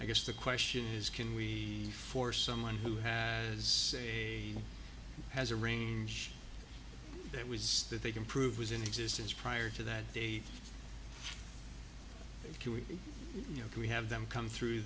i guess the question is can we force someone who has a has a range that was that they can prove was in existence prior to that day if you know we have them come through